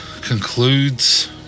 concludes